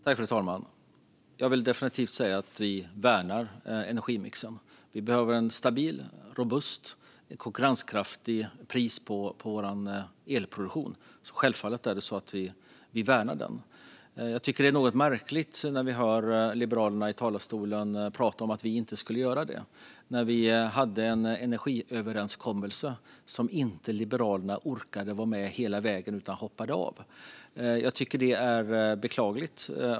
Fru talman! Jag vill definitivt säga att vi värnar energimixen. Vi behöver ett stabilt, robust och konkurrenskraftigt pris på vår elproduktion. Självfallet värnar vi den. Jag tycker att det är något märkligt när vi hör Liberalerna i talarstolen tala om att vi inte skulle göra det. När vi hade en energiöverenskommelse orkade inte Liberalerna vara med hela vägen utan hoppade av. Jag tycker att det är beklagligt.